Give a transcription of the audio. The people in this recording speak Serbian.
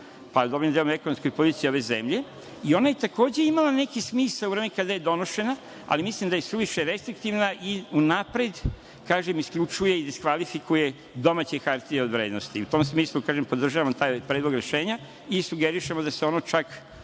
pa dobrim delom i o ekonomskoj politici ove zemlje i ona je takođe imala neki smisao kada je donošena, ali mislim da je suviše restriktivna i unapred isključuje i kvalifikuje domaće hartije od vrednosti. U tom smislu podržavam taj predlog rešenja i sugerišemo da se ovo čak